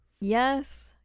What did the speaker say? Yes